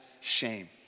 shame